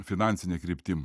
finansine kryptim